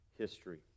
history